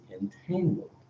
entangled